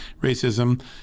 racism